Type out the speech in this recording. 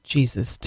Jesus